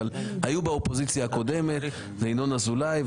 ואלה הם ינון אזולאי,